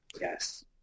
Yes